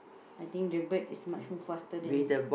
I think the bird is much more faster than the